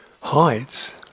hides